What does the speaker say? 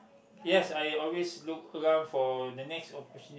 yes I always look to come for the next opportunity